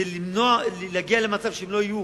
זה להגיע למצב שבו הן לא תהיינה